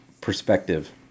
perspective